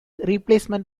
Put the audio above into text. replacement